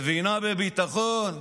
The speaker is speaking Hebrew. מבינה בביטחון,